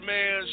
Man